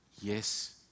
Yes